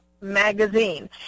Magazine